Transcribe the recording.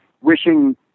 wishing